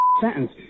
sentence